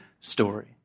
story